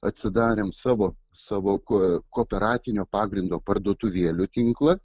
atsidarėm savo sąvo ko kooperatinio pagrindo parduotuvėlių tinklą